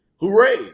Hooray